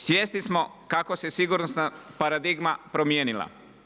Svjesni smo kako se sigurnosna paradigma promijenila.